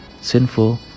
sinful